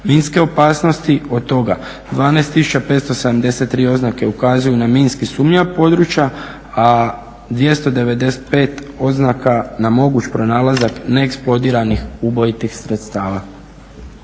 minske opasnosti, od toga 12573 oznake ukazuju na minski sumnjiva područja, a 295 oznaka na moguć pronalazak neeksplodiranih ubojitih sredstava.